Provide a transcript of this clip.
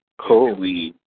Cool